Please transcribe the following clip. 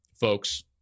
folks